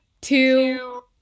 two